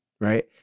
right